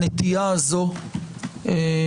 הנטייה הזו תמיד,